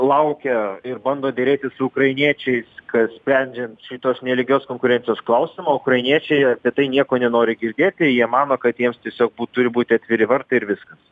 laukia ir bando derėtis su ukrainiečiais kad sprendžiant šitos nelygios konkurencijos klaisimą ukrainiečiai apie tai nieko nenori girdėti jie mano kad jiems tiesiog turi būt atviri vartai ir viskas